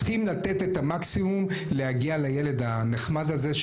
צריכים לתת את המקסימום על מנת להגיע לילד הנחמד הזה,